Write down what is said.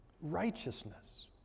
righteousness